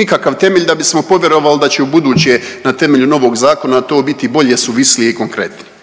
nikakav temelj da bismo povjerovali da će ubuduće na temelju novog zakona to biti bolje, suvislije i konkretnije.